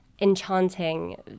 enchanting